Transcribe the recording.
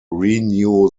renew